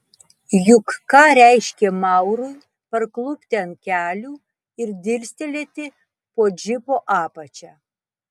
juk ką reiškė maurui parklupti ant kelių ir dirstelėti po džipo apačia